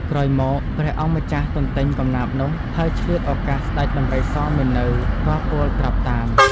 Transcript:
ក្រោយមក ព្រះអង្គម្ចាស់ទន្ទេញកំណាព្យនោះ ហើយឆ្លៀតឱកាសស្តេចដំរីសមិននៅក៏ពោលត្រាប់តាម ។